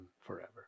forever